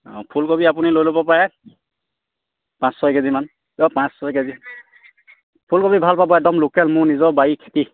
অঁ ফুলকবি আপুনি লৈ ল'ব পাৰে পাঁচ ছয় কেজিমান পাঁচ ছয় কেজি ফুলকবি ভাল পাব একদম লোকেল মোৰ নিজৰ বাৰীৰ খেতি